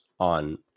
on